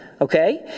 okay